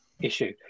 issue